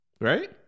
Right